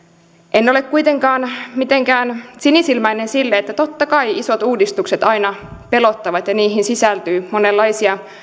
en ole kuitenkaan mitenkään sinisilmäinen sille että totta kai isot uudistukset aina pelottavat ja niihin sisältyy monenlaisia